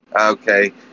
Okay